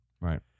Right